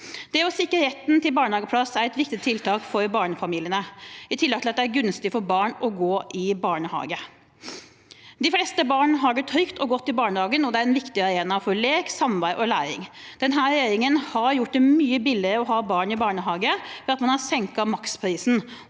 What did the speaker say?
sikre retten til barnehageplass er et viktig tiltak for barnefamiliene, i tillegg til at det er gunstig for barn å gå i barnehage. De fleste barn har det trygt og godt i barnehagen, og det er en viktig arena for lek, samvær og læring. Denne regjeringen har gjort det mye billigere å ha barn i barnehage ved at man har senket maksprisen,